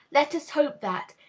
let us hope that,